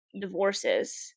divorces